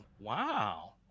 Wow